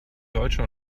deutsche